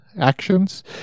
actions